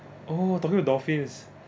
oh talking to dolphins